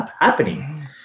happening